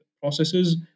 processes